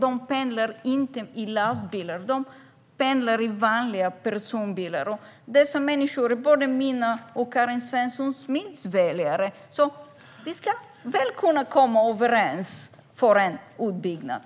De pendlar inte i lastbilar utan i vanliga personbilar. Det handlar om människor som är både mina och Karin Svensson Smiths väljare, och jag hoppas att vi kan komma överens om en utbyggnad.